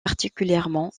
particulièrement